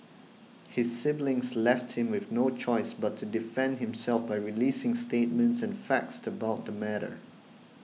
his siblings left him with no choice but to defend himself by releasing statements and facts about the matter